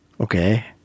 Okay